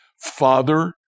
father